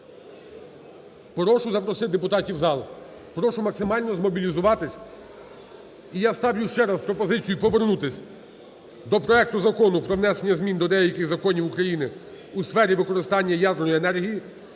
прошу запросити депутатів в зал, прошу максимально змобілізуватись. І я ставлю ще раз пропозицію повернутись до проекту Закону про внесення змін до деяких законів України у сфері використання ядерної енергії